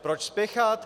Proč spěchat?